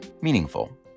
meaningful